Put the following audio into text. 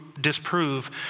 disprove